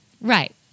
Right